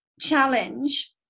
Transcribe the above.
challenge